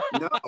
No